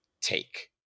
take